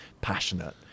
passionate